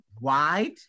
wide